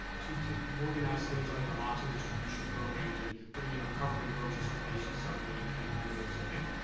to to organize things like naloxone distribution programs and bringing in recovery coaches for patients suffering and acute overdose event,